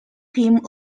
him